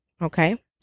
Okay